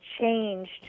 changed